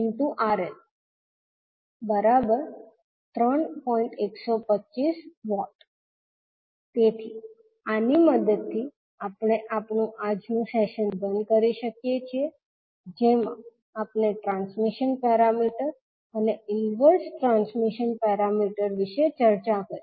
125W તેથી આની મદદથી આપણે આપણું આજનું સેશન બંધ કરી શકીએ છીએ જેમાં આપણે ટ્રાન્સમિશન પેરામીટર અને ઇન્વર્સ ટ્રાન્સમિશન પેરામીટર વિશે ચર્ચા કરી